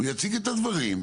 הוא יציג את הדברים.